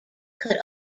could